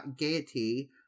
gaiety